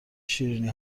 شیرینی